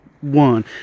one